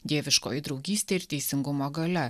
dieviškoji draugystė ir teisingumo galia